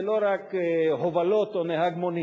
ולא רק הובלות או נהג מונית,